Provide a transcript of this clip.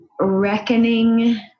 reckoning